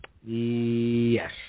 Yes